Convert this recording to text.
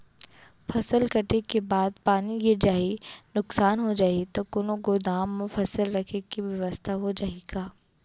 फसल कटे के बाद पानी गिर जाही, नुकसान हो जाही त कोनो गोदाम म फसल रखे के बेवस्था हो जाही का?